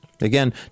again